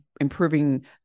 improving